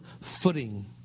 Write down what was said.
footing